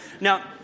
Now